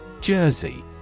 Jersey